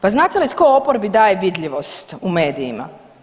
Pa znate li tko oporbi daje vidljivost u medijima?